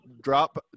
drop